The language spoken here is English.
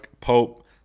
Pope